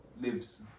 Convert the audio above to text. lives